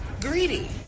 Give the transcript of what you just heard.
greedy